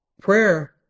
Prayer